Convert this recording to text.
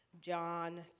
John